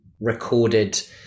recorded